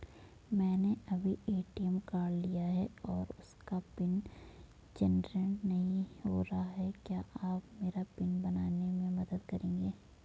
मैंने अभी ATM card लिया है और उसका पिन जेनरेट नहीं हो रहा है क्या आप मेरा पिन बनाने में मदद करेंगे?